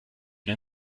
der